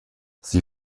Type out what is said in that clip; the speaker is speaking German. sie